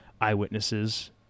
eyewitnesses